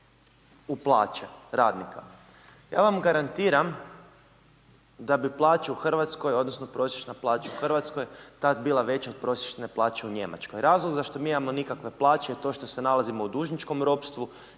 u plaće radnika. Ja vam garantiram da bi plaće u Hrvatskoj odnosno prosječna plaća u Hrvatskoj tada bila veća od prosječne plaće u Njemačkoj. Razlog zašto mi imamo nikakve plaće je to što se nalazimo u dužničkom ropstvu